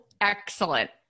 excellent